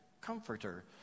comforter